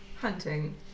Hunting